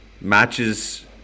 matches